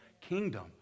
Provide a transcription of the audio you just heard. kingdom